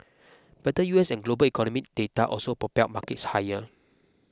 better U S and global economic data also propelled markets higher